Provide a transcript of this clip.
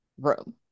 room